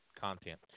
content